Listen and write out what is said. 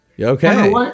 okay